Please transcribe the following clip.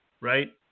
Right